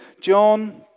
John